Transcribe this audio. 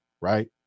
right